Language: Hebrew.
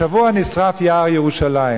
השבוע נשרף יער ירושלים,